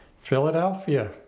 Philadelphia